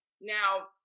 Now